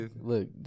look